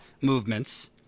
movements